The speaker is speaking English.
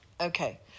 okay